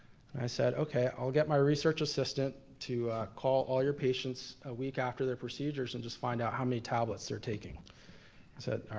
i said, okay, i'll get my research assistant to call all your patients a week after their procedures and just find out how many tablets they're taking. he said,